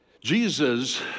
jesus